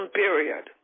period